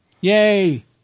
Yay